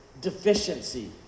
deficiency